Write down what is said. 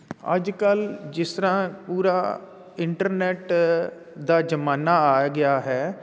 ਅੱਜ ਕੱਲ੍ਹ ਜਿਸ ਤਰ੍ਹਾਂ ਪੂਰਾ ਇੰਟਰਨੈਟ ਦਾ ਜ਼ਮਾਨਾ ਆ ਗਿਆ ਹੈ